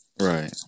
Right